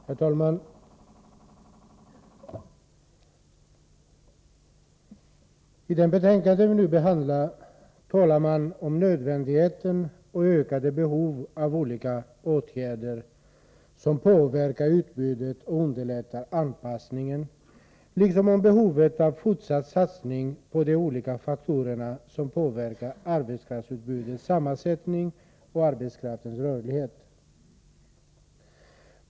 Herr talman! I det betänkande som vi nu behandlar talas det om behovet av olika åtgärder som påverkar arbetskraftsutbudet och underlättar anpassningen samt om behovet av fortsatt satsning på de olika faktorer som påverkar arbetskraftsutbudets sammansättning och arbetskraftens rörlighet.